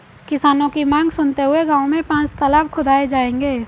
किसानों की मांग सुनते हुए गांव में पांच तलाब खुदाऐ जाएंगे